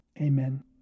Amen